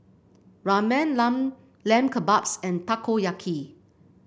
Ramen Lamb Kebabs and Takoyaki